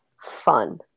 fun